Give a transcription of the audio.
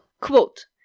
Quote